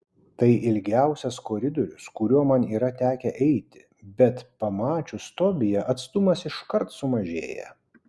tai ilgiausias koridorius kuriuo man yra tekę eiti bet pamačius tobiją atstumas iškart sumažėja